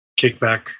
kickback